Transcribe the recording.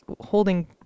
holding